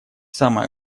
самое